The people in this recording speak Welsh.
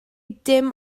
dim